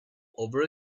over